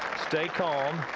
stay calm.